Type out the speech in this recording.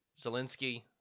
Zelensky